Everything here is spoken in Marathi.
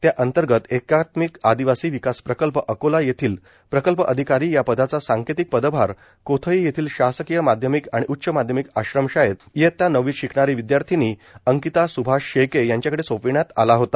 त्या अंतर्गत एकात्मिक आदिवासी विकास प्रकल्प अकोला येथील प्रकल्प अधिकारी या पदाचा सांकेतिक पदभार कोथळी येथील शासकीय माध्यमिक आणि उच्च माध्यमिक आश्रम शाळेत इयत्ता नववीत शिकणारी विदयार्थिनी अंकिता सुभाष शेळके यांच्याकडं सोपविण्यात आला होता